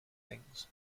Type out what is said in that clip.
things